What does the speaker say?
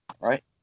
right